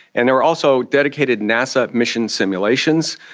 and there are also dedicated nasa mission simulations.